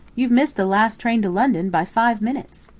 you've missed the last train to london by five minutes!